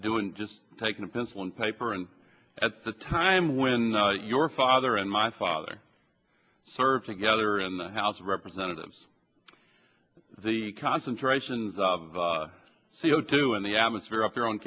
doing just taking a pencil and paper and at the time when your father and my father served together in the house of representatives the concentrations of c o two in the atmosphere up there on